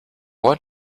what